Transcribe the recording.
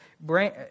brain